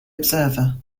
observer